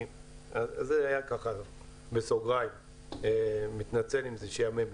זה היה ככה בסוגריים, מתנצל אם זה שעמם מישהו.